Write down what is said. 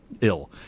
ill